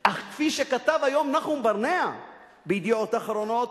אך כפי שכתב היום נחום ברנע ב"ידיעות אחרונות",